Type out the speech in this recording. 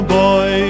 boy